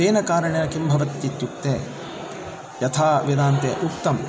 तेन कारणेन किं भवतीत्युक्ते यथा वेदान्ते उक्तं